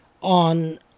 on